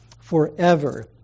forever